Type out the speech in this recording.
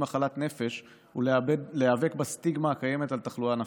מחלת נפש ולהיאבק בסטיגמה הקיימת על תחלואה נפשית.